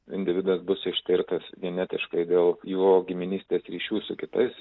individas bus ištirtas genetiškai dėl jo giminystės ryšių su kitais